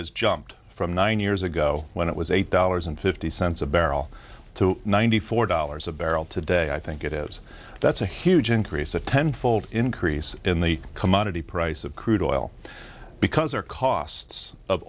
has jumped from nine years ago when it was eight dollars and fifty cents a barrel to ninety four dollars a barrel today i think it is that's a huge increase a ten fold increase in the commodity price of crude oil because our costs of